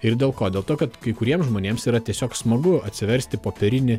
ir dėl ko dėl to kad kai kuriem žmonėms yra tiesiog smagu atsiversti popierinį